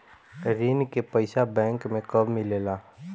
ऋण के पइसा बैंक मे कब मिले ला?